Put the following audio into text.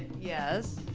yes.